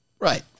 Right